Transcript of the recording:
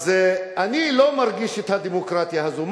אז אני לא מרגיש את הדמוקרטיה הזאת.